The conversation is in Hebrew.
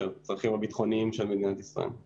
שהצרכים הביטחוניים של מדינת ישראל זו מסגרת דיון אחר.